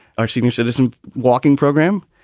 our senior citizen walking program,